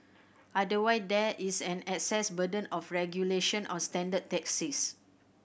otherwise there is an access burden of regulation on standard taxis